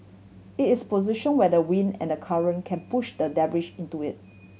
it is position where the wind and the current can push the debris into it